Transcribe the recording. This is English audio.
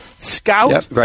Scout